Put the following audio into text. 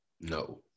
No